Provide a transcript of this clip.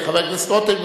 חבר הכנסת רותם,